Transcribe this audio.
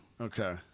Okay